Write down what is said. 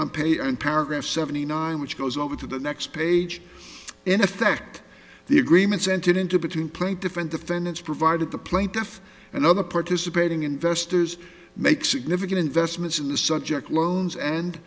on paper and paragraph seventy nine which goes over to the next page in effect the agreements entered into between playing different defendants provided the plaintiff and other participating investors make significant investments in the subject loans and